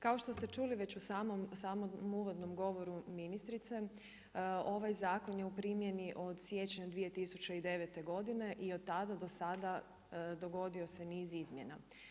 Kao što ste čuli već u samom uvodnom govoru ministrice, ovaj zakon je u primjeni od siječnja 2009. godine i od tada do sada dogodio se niz izmjena.